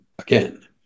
again